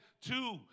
two